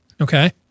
Okay